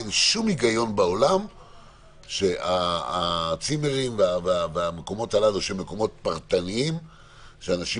אין שום היגיון בעולם שהצימרים והמקומות הללו שהם מקומות פרטניים לא